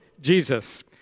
Jesus